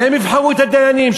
שהן יבחרו את הדיינים,